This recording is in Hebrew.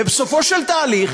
ובסופו של תהליך